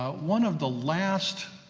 ah one of the last